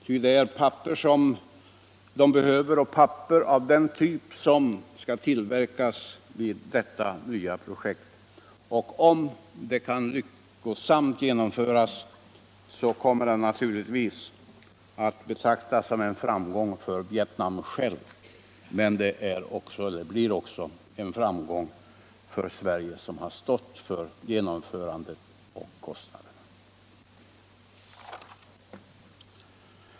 Ty det är papper som vietnameserna behöver, och papper av den typ som skall tillverkas vid denna nya industri. Om projektet kan lyckosamt genomföras kommer det naturligtvis att betraktas som en framgång för Vietnam självt, men det blir också en framgång för Sverige som har stått för genomförandet och för bestridandet av kostnaderna.